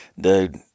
Dude